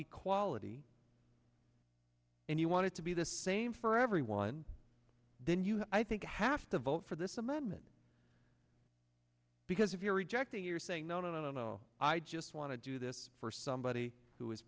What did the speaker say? equality and you want to be the same for everyone then you have i think half the vote for this amendment because if you're rejecting you're saying no no no no no i just want to do this for somebody who